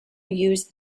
used